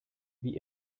wie